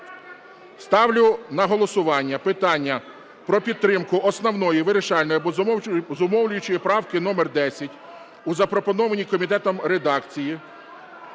ставлю на голосування питання про підтримку основної, вирішальної або зумовлюючої правки номер 10 у запропонованій комітетом редакції,